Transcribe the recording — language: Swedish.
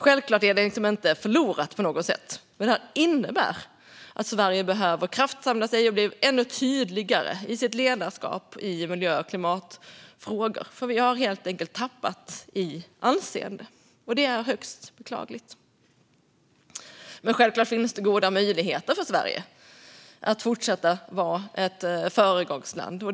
Självklart är det inte förlorat på något sätt, men detta innebär att Sverige behöver kraftsamla och bli ännu tydligare i sitt ledarskap i miljö och klimatfrågor. Vi har helt enkelt tappat i anseende, vilket är högst beklagligt. Självklart finns det goda möjligheter för Sverige att fortsätta vara ett föregångsland.